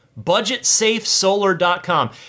Budgetsafesolar.com